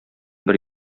бер